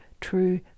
true